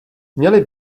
měli